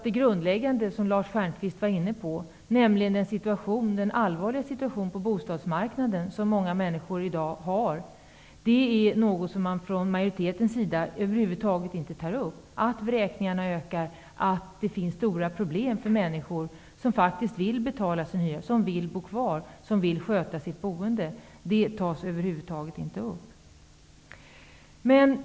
Det grundläggande, nämligen den allvarliga situation på bostadsmarknaden som många människor i dag upplever -- Lars Stjernkvist var inne på den frågan -- har man från majoritetens sida över huvud taget inte tagit upp. Att antalet vräkningar ökar och att problemen kan vara stora för människor som faktiskt vill betala sin hyra, som vill bo kvar och som vill sköta sitt boende nämns alls inte.